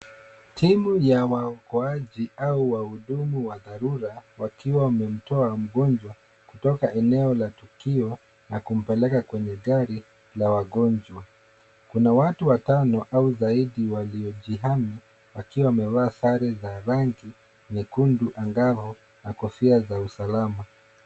Timu ya waokoaji au wahudumu wa dharura wakiwa wamemtoa mgonjwa kutoka eneo la tukio na kumpeleka kwenye gari la wagonjwa. Kuna watu watano au zaidi waliojihami wakiwa wamevaa sare za rangi nyekundu angalo na kofia za usalama.